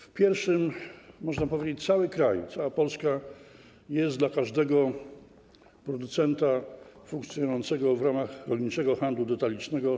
W pierwszym z nich, można tak powiedzieć, cały kraj, cała Polska jest dostępna dla każdego producenta funkcjonującego w ramach rolniczego handlu detalicznego.